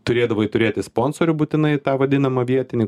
turėdavai turėti sponsorių būtinai tą vadinamą vietinį